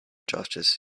justice